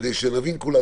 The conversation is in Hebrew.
כדי שנבין כולנו.